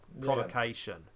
provocation